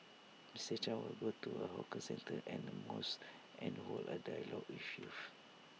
Mister chan will go to A hawker centre and A mosque and hold A dialogue with youth